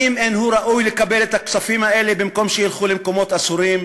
האם אין הוא ראוי לקבל את הכספים האלה במקום שילכו למקומות אסורים?